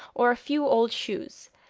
or a few old shoes,